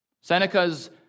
Seneca's